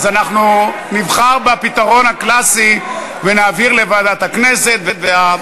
להוסיף את חבר הכנסת אבישי ברוורמן,